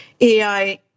AI